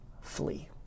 flee